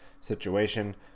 situation